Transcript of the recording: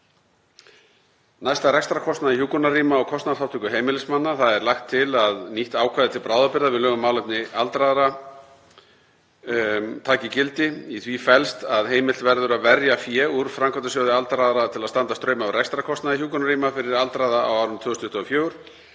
Næst að rekstrarkostnaði hjúkrunarrýma og kostnaðarþátttaka heimilismanna. Það er lagt til að nýtt ákvæði til bráðabirgða við lög um málefni aldraðra taki gildi. Í því felst að heimilt verður að verja fé úr Framkvæmdasjóði aldraðra til að standa straum af rekstrarkostnaði hjúkrunarrýma fyrir aldraða á árinu 2024.